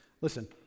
Listen